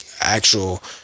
actual